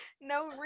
no